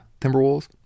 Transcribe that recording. Timberwolves